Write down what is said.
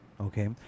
Okay